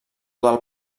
del